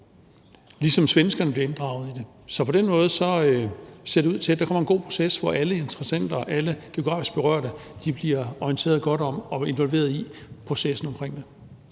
ligesom svenskerne bliver inddraget i det. Så på den måde ser det ud til, at der kommer en god proces, hvor alle interessenter og alle geografisk berørte bliver orienteret godt om og involveret i processen omkring det.